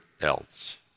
else